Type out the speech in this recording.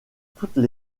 toutes